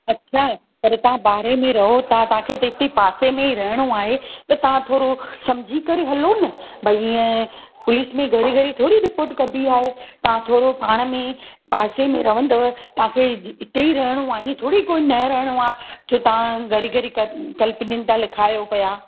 अच्छा पर तव्हां पाड़े में रहो था तव्हांखे त इते पासे में रहणो आहे त तव्हां थोरो समुझी करे हलो न भई ईंअ पुलिस में घड़ी घड़ी थोड़ई रिपोर्ट कबी आहे तव्हां थोरो पाण में पासे में रहो था तव्हां खे इते ई रहणो आहे ईअं थोड़ेई कोई न रहणो आहे छो तव्हां घड़ी घड़ी क कंलप्लेन था लिखायो पिया